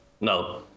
No